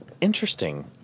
interesting